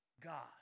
God